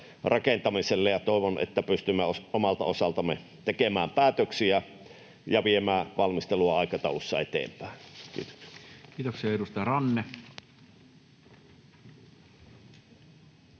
rakentamiseen. Toivon, että pystymme omalta osaltamme tekemään päätöksiä ja viemään valmistelua aikataulussa eteenpäin. — Kiitoksia.